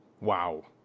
wow